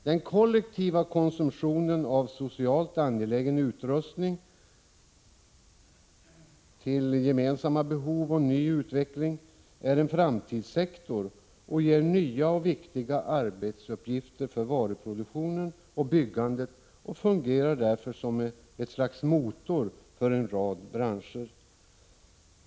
Den kollektiva konsumtionen av socialt angelägen utrustning för gemensamma behov och ny utveckling är en framtidssektor som ger nya och viktiga arbetsuppgifter inom varuproduktionen och byggandet och som därför fungerar som ett slags motor för en rad branscher.